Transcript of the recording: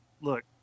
look